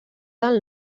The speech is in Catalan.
del